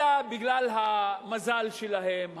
אלא בגלל המזל שלהן,